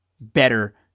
Better